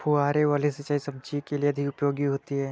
फुहारे वाली सिंचाई सब्जियों के लिए अधिक उपयोगी होती है?